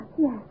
yes